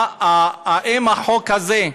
האם החוק הזה,